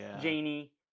Janie